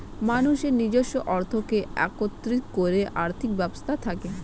মানুষের নিজস্ব অর্থকে একত্রিত করে আর্থিক ব্যবস্থা থাকে